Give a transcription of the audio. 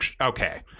Okay